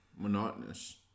monotonous